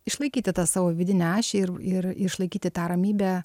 išlaikyti tą savo vidinę ašį ir ir išlaikyti tą ramybę